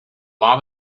lot